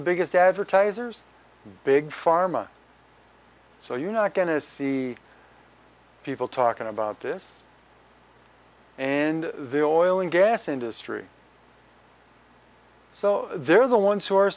the biggest advertisers big pharma so you're not going to see people talking about this and the oil and gas industry so they're the ones who are